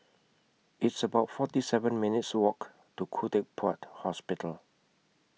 It's about forty seven minutes' Walk to Khoo Teck Puat Hospital